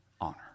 honor